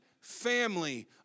family